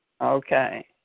Okay